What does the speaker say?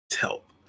help